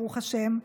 ברוך השם,